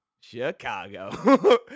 Chicago